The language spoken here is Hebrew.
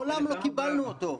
מעולם לא קיבלנו אותו.